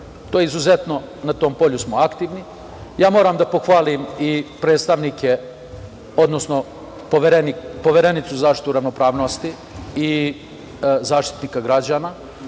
našeg odbora. Na tom polju smo aktivni. Moram da pohvalim i predstavnike, odnosno Poverenicu za zaštitu ravnopravnosti i Zaštitnika građana.